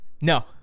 No